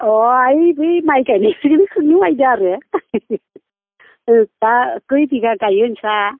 अ आइ बै माइ गायनायखौ सोंनो नायदों आरो खै बिगा गायो नोंसोरहा